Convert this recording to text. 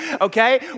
Okay